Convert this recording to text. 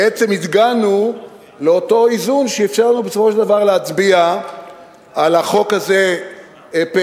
הגענו לאותו איזון שאפשר לנו בסופו של דבר להצביע על החוק הזה פה-אחד.